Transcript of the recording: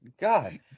God